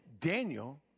daniel